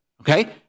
Okay